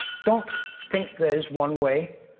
don't think there is one way.